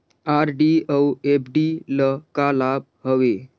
RD अऊ FD ल का लाभ हवे?